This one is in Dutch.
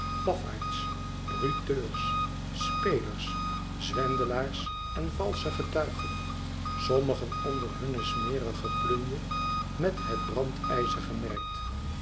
lafaards bruteurs spelers zwendelaren en valsche getuigen sommigen onder hunne smerige plunje met het brandijzer